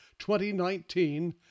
2019